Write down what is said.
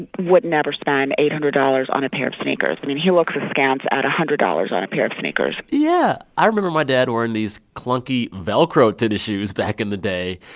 would never spend eight hundred dollars on a pair of sneakers. i mean, he looks askance at one hundred dollars on a pair of sneakers yeah. i remember my dad wearing these clunky velcro tennis shoes back in the day,